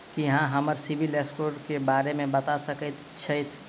की अहाँ हमरा CIBIL score क बारे मे बता सकइत छथि?